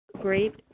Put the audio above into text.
Great